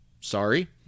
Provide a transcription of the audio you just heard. sorry